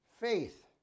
Faith